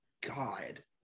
God